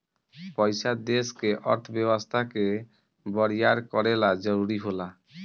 पइसा देश के अर्थव्यवस्था के बरियार करे ला जरुरी होला